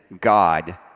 God